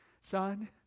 son